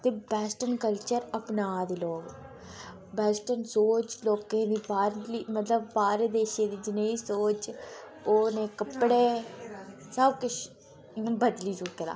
ते western culture अपनाऽ दे लोक वेस्टर्न सोच लोकें दी बाह्रली मतलब बाह्रे देसै दी जनेही सोच ओह् नेह् कपड़े सब किश इ'यां बदली चुके दा